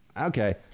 Okay